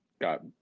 got